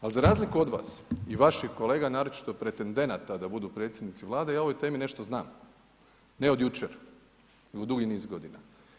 Ali za razliku od vas i vaših kolega, naročito pretedenata da budu predsjednici Vlade ja o ovoj temi nešto znam, ne od jučer, nego dugi niz godina.